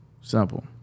Simple